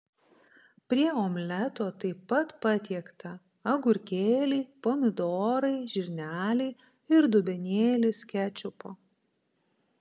prie omleto taip pat patiekta agurkėliai pomidorai žirneliai ir dubenėlis kečupo